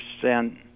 percent